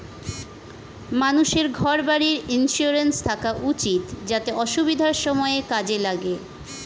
মানুষের ঘর বাড়ির ইন্সুরেন্স থাকা উচিত যাতে অসুবিধার সময়ে কাজে লাগে